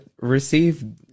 receive